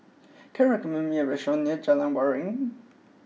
can you recommend me a restaurant near Jalan Waringin